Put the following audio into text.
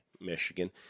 Michigan